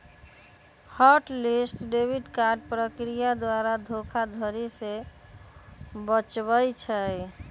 hot list debit card प्रक्रिया द्वारा धोखाधड़ी से बचबइ छै